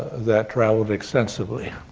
that traveled extensively,